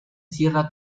cierra